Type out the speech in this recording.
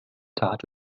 tat